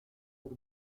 pour